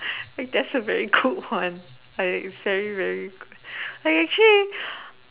that's a very good one a very very I actually